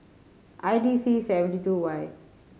I D C seven two two Y